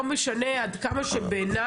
לא משנה עד כמה בעייני,